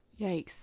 Yikes